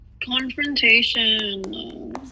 confrontation